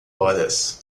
horas